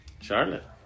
Charlotte